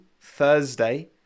Thursday